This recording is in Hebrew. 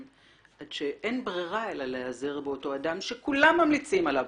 עד שאין ברירה אלא להיעזר באותו אדם שכולם ממליצים עליו.